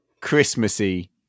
Christmassy